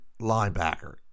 linebacker